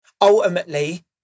Ultimately